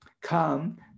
come